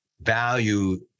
value